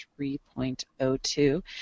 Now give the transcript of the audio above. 3.02